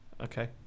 Okay